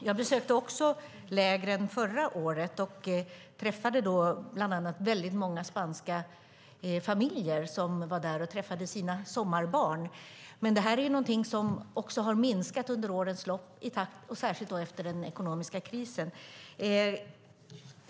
Jag besökte lägren också förra året och träffade då bland annat väldigt många spanska familjer som var där och träffade sina sommarbarn. Men det här är ju någonting som också har minskat under årens lopp, särskilt efter den ekonomiska krisen.